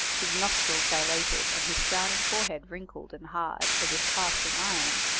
his nostrils dilated, and his frowning forehead wrinkled and hard, as if cast in iron.